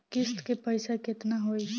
किस्त के पईसा केतना होई?